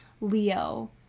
leo